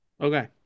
Okay